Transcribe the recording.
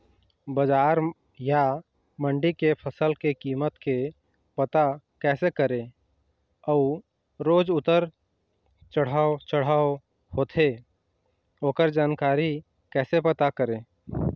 बजार या मंडी के फसल के कीमत के पता कैसे करें अऊ रोज उतर चढ़व चढ़व होथे ओकर जानकारी कैसे पता करें?